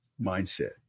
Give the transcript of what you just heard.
mindset